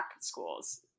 schools